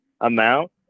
amount